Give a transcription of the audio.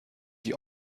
die